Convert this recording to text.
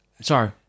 Sorry